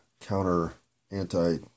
counter-anti-